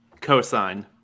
Cosine